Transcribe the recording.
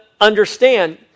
understand